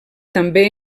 també